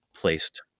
placed